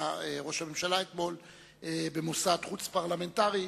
ראש הממשלה אתמול במוסד חוץ-פרלמנטרי,